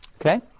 Okay